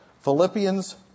Philippians